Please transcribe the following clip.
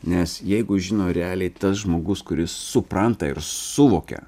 nes jeigu žino realiai tas žmogus kuris supranta ir suvokia